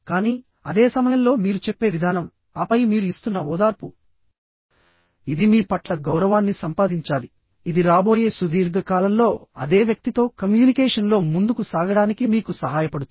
కానీ అదే సమయంలో మీరు చెప్పే విధానం ఆపై మీరు ఇస్తున్న ఓదార్ప ఇది మీ పట్ల గౌరవాన్ని సంపాదించాలిఇది రాబోయే సుదీర్ఘ కాలంలో అదే వ్యక్తితో కమ్యూనికేషన్లో ముందుకు సాగడానికి మీకు సహాయపడుతుంది